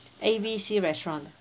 A B C restaurant